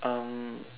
um